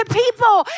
people